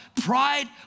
Pride